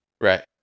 Right